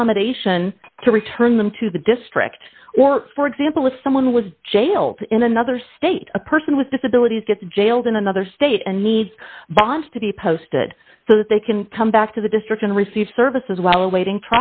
accommodation to return them to the district or for example if someone was jailed in another state a person with disabilities gets jailed in another state and needs bonds to be posted so that they can come back to the district and receive services while awaiting